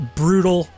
brutal